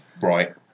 Right